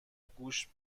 گوش